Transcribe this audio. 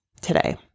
today